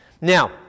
Now